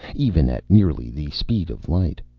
even at nearly the speed of light.